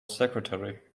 secretary